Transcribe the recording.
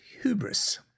hubris